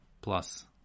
plus